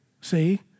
See